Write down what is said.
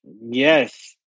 Yes